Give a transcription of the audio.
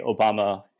Obama